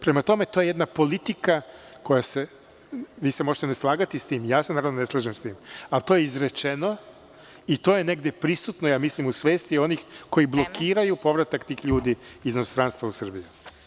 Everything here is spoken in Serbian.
Prema tome, vi se možete ne slagati sa tim, ja se naravno ne slažem sa tim, ali to je izrečeno i to je negde prisutno, ja mislim u svesti onih koji blokiraju povratak tih ljudi iz inostranstva u Srbiju.